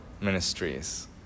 ministries